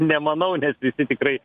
nemanau nes visi tikrai